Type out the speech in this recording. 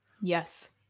Yes